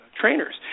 trainers